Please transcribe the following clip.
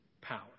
power